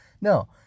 No